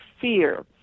fear